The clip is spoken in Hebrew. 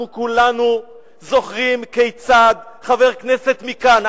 אנחנו כולנו זוכרים כיצד חבר כנסת מכאן,